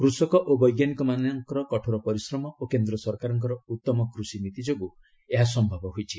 କୃଷକ ଓ ବୈଜ୍ଞାନିକମାନଙ୍କ କଠୋର ପରିଶ୍ରମ ଓ କେନ୍ଦ୍ର ସରକାରଙ୍କ ଉତ୍ତମ କୁଷି ନୀତି ଯୋଗୁଁ ଏହା ସମ୍ଭବ ହୋଇଛି